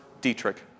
Dietrich